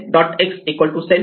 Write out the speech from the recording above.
x self